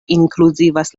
inkluzivas